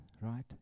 right